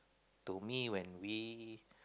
to me when we